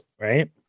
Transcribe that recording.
right